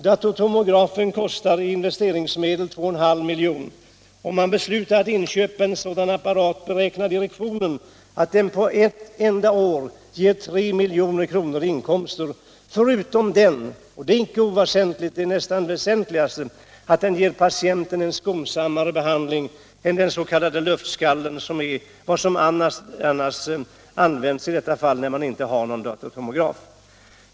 Datortomografen kostar i investeringsmedel 2,5 milj.kr. Om man beslutar att inköpa en sådan apparat beräknar direktionen att den på ett enda år ger 3 milj.kr. i inkomster, förutom det — och det är nästan det väsentligaste — att den ger patienterna en skonsammare behandling än den s.k. luftskallen som används när man inte har någon datortomograf.